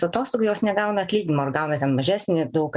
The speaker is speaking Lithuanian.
atostogų jos negauna atlyginimo ar gauna ten mažesnį daug